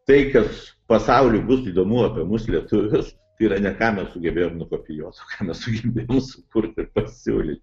tai kas pasauliui bus įdomu apie mus lietuvius tai yra ne ką mes sugebėjom nukopijuot mes sugebėjom sukurti ir pasiūlyti